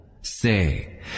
Say